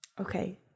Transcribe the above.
okay